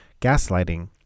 gaslighting